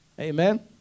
Amen